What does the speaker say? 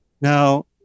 Now